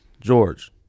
George